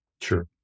Sure